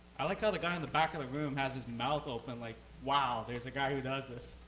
i like how the guy in the back of the room has his mouth open like, wow, there's a guy who does this,